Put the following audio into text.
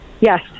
yes